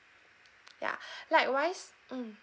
ya likewise mm